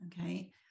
okay